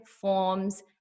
forms